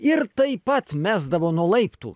ir taip pat mesdavo nuo laiptų